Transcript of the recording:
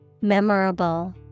Memorable